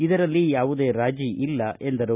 ಇದರಲ್ಲಿ ಯಾವುದೇ ರಾಜಿಯಿಲ್ಲ ಎಂದರು